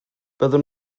byddwn